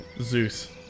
Zeus